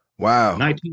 Wow